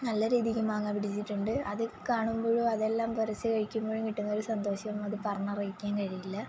നല്ല രീതിക്ക് മാങ്ങാ പിടിച്ചിട്ടുണ്ട് അത് കാണുമ്പോഴും അതെല്ലാം പറിച്ച് കഴിക്കുമ്പോഴും കിട്ടുന്നൊരു സന്തോഷം അത് പറഞ്ഞറിയിക്കാൻ കഴിയില്ല